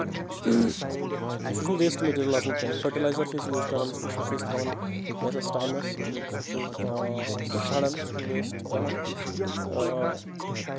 سُہ چھُنہٕ waste material آسان کیٚنٛہہ فٔٹلایزَر چھِ أسۍ یوٗز کران سُہ سُہ چھِ أسۍ تھاوان کینٛژَس ٹایمَس سُہ چھُ سَڑان سُہ چھُ ویسٹ بَنان اۭں